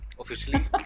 Officially